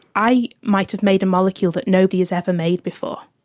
i might have made a molecule that nobody has ever made before.